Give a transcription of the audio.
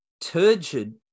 turgid